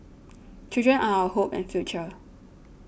children are our hope and future